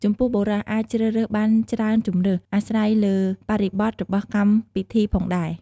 ចំពោះបុរសអាចជ្រើសរើសបានច្រើនជម្រើស អាស្រ័យលើបរិបទរបស់កម្មពិធីផងដែរ។